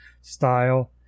style